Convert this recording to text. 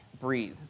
breathe